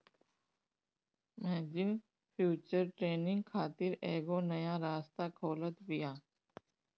margin future trading खातिर एगो नया रास्ता खोलत बिया